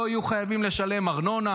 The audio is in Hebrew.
הם גם לא יהיו חייבים לשלם ארנונה,